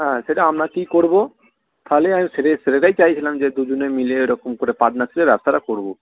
হ্যাঁ সেটা আপনাকেই করবো তাহলে আমি সেটাই সেটাতেই চাইছিলাম যে দুজনে মিলে এরকম করে পার্টনারশিপে ব্যবসাটা করবো